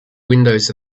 windows